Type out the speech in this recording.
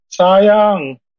Sayang